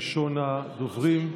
ראשון הדוברים,